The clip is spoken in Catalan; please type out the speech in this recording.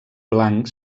blanc